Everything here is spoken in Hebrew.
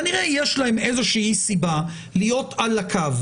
כנראה יש להם איזושהי סיבה להיות על הקו.